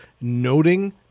noting